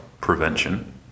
prevention